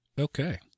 Okay